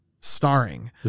starring